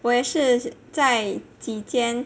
我也是在几间